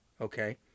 okay